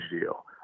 deal